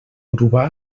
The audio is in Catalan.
urbà